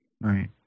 Right